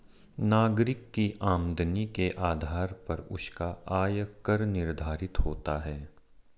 नागरिक की आमदनी के आधार पर उसका आय कर निर्धारित होता है